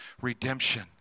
redemption